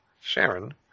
Sharon